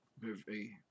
movie